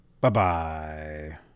Bye-bye